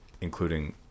including